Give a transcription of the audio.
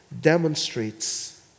demonstrates